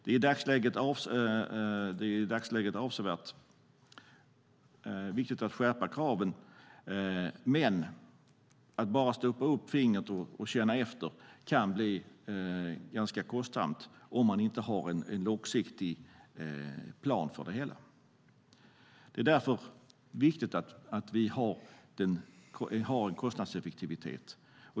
Det är i dagsläget avsevärt viktigare att skärpa kraven, men att bara sätta upp fingret i luften och känna efter kan bli kostsamt om det inte finns en långsiktig plan. Det är därför viktigt att det finns en kostnadseffektivitet.